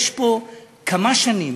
כבר כמה שנים